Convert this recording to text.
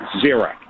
Zero